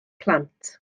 plant